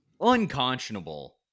unconscionable